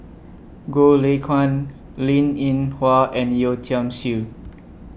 Goh Lay Kuan Linn in Hua and Yeo Tiam Siew